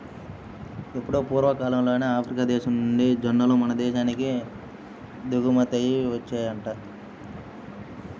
ఎప్పుడో పూర్వకాలంలోనే ఆఫ్రికా దేశం నుంచి జొన్నలు మన దేశానికి దిగుమతయ్యి వచ్చాయంట